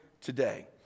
today